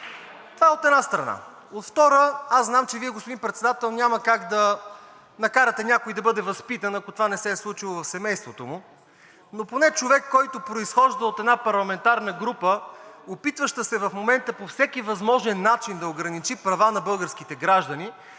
Това от една страна. От втора, аз знам, че Вие, господин Председател, няма как да накарате някой да бъде възпитан, ако това не се е случило в семейството му, но поне човек, който произхожда от една парламентарна група, опитваща се в момента по всеки възможен начин да ограничи права на българските граждани,